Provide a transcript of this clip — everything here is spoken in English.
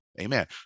Amen